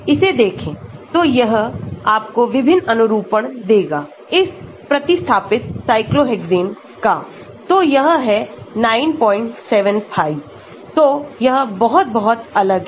इसे देखें तो यह आपको विभिन्न अनुरूपण देगा इस प्रतिस्थापित cyclohexane का तो यह है 975 तो यह बहुत बहुत अलग है